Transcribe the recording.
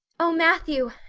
oh, matthew,